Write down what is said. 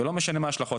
ולא משנה מה ההשלכות.